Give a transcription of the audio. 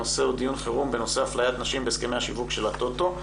הנושא: דיון חירום אפליית נשים בהסכמי השיווק של הטוטו.